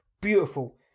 Beautiful